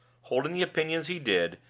holding the opinions he did,